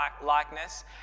likeness